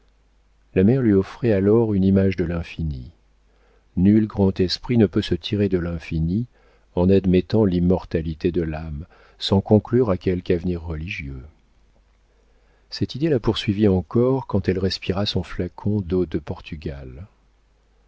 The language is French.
la mer lui offrait alors une image de l'infini nul grand esprit ne peut se tirer de l'infini en admettant l'immortalité de l'âme sans conclure à quelque avenir religieux cette idée la poursuivit encore quand elle respira son flacon d'eau de portugal